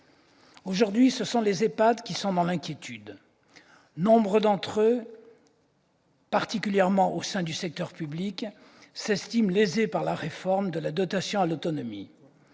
âgées dépendantes, qui sont dans l'inquiétude. Nombre d'entre eux, particulièrement au sein du secteur public, s'estiment lésés par la réforme de la dotation à l'autonomie,